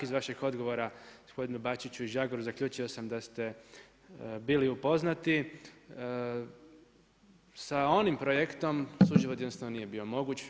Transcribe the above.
Iz vaših odgovora gospodinu Bačiću i Žagaru zaključio sam da ste bili upoznati sa onim projektom suživot jednostavno nije bio moguć.